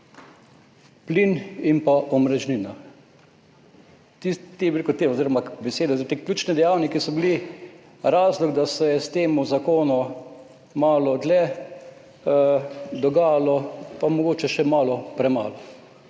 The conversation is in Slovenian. plin in omrežnina. Oziroma besede za te ključne dejavnike, ki so bili razlog, da se je s tem zakonom malo dlje dogajalo, pa mogoče še malo premalo.